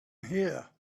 here